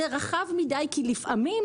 זה רחב מידי כי לפעמים,